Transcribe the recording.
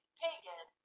pagan